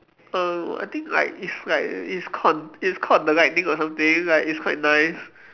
err I think like it's like it's called it's called the lightning or something like it's quite nice